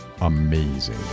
amazing